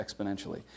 exponentially